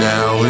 Now